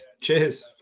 cheers